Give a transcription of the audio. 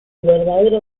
verdadero